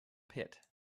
pit